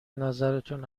نظرتون